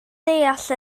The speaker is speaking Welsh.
deall